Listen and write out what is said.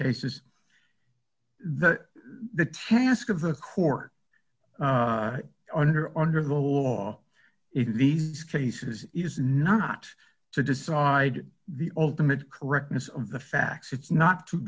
cases the task of the court under under the law in these cases is not to decide the ultimate correctness of the facts it's not to